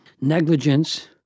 negligence